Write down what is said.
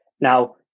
Now